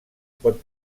pot